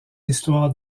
histoire